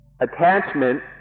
Attachment